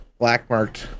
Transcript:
blackmarked